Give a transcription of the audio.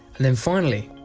and then finally,